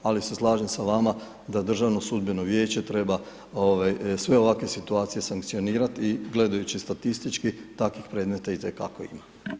Ali se slažem s vama da Državno sudbeno vijeće treba sve ovakve situacije sankcionirati i gledajući statistički, takvih predmeta itekako ima.